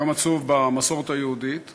יום עצוב במסורת היהודית,